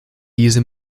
diese